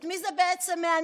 את מי זה בעצם מעניין?